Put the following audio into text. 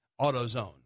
AutoZone